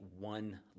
one